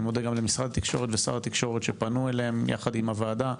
אני מודה גם למשרד התקשורת ושר התקשורת שפנו אליהם יחד עם הוועדה,